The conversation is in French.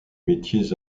métiers